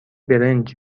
برنج